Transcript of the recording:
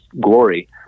glory